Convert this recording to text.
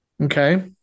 Okay